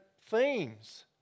themes